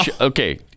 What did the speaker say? Okay